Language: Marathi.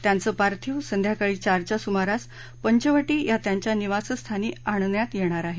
त्यांचं पार्थिव संध्याकाळी चारच्या सुमारास पंचवटी या त्यांच्या निवासस्थानी आणण्यात येणार आहे